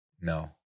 No